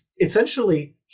essentially